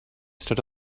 stood